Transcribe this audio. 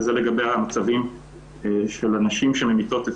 וזה לגבי המצבים של הנשים שממיתות את